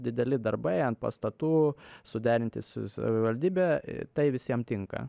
dideli darbai ant pastatų suderinti su savivaldybe tai visiem tinka